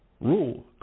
rule